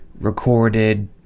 recorded